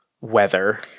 weather